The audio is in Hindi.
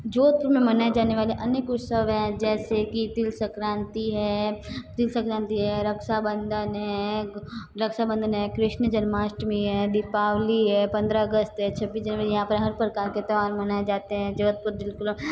जोधपुर में मनाए जाने वाले अन्य उत्सव हैं जैसे कि तिल संक्रांति है तिल संक्रांति है रक्षाबंधन है रक्षाबंधन है कृष्ण जन्माष्टमी है दीपावली है पंद्रह अगस्त है छब्बीस जनवरी यहाँ पर हर प्रकार के त्यौहार मनाए जाते हैं